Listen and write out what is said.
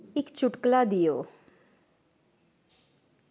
इक चुटकला देओ